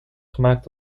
gemaakt